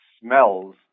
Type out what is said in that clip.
smells